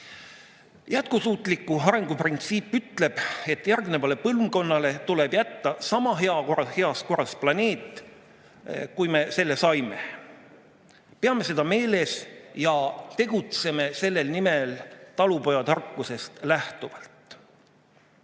Jätkusuutliku arengu printsiip ütleb, et järgnevale põlvkonnale tuleb jätta sama heas korras planeet, kui me selle saime. Peame seda meeles ja tegutseme selle nimel talupojatarkusest lähtuvalt.